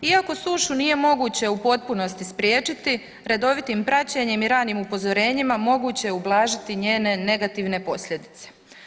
Iako sušu nije moguće u potpunosti spriječiti, redovitim praćenjem i ranim upozorenjima, moguće je ublažiti njene negativne posljedice.